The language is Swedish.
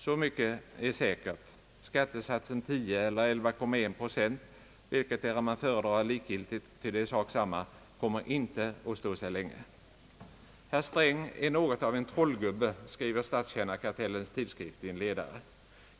Så mycket är säkert: skattesatsen 10 eller 11,1 procent — vilketdera man föredrar är likgiltigt, ty det är sak samma — kommer inte att stå sig länge. »Hr Sträng är något av en trollgubbe», skriver Statstjänarkartellens tidskrift i en ledare.